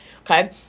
Okay